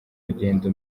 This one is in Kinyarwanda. rugendo